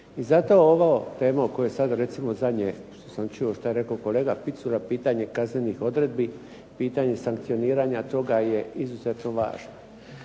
I zato ova tema o kome zadnje što sam čuo što je rekao kolega Picula pitanje kaznenih odredbi, pitanje sankcioniranja toga je izuzetno važno.